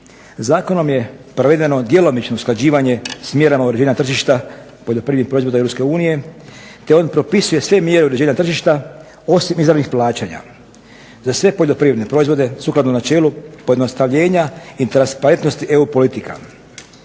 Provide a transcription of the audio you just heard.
Zakonom je provedeno djelomično usklađivanje s mjerama uređenja tržišta poljoprivrednih proizvoda EU te on propisuje sve mjere uređenja tržišta osim izravnih plaćanja za sve poljoprivredne proizvode sukladno načelu pojednostavljenja i transparentnosti EU politika.